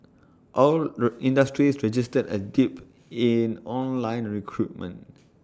all industries registered A dip in online recruitment